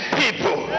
people